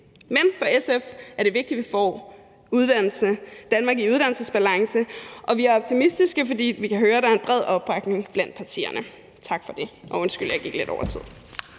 Men for SF er det vigtigt, at vi får et Danmark i uddannelsesbalance. Og vi er optimistiske, fordi vi kan høre, at der er en bred opbakning blandt partierne. Tak for det. Og undskyld, at jeg gik lidt over tiden.